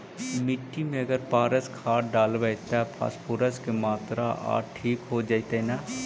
मिट्टी में अगर पारस खाद डालबै त फास्फोरस के माऋआ ठिक हो जितै न?